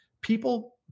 people